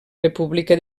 república